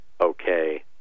okay